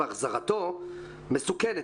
והחזרתו מסוכנת,